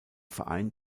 verein